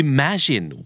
Imagine